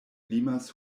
limas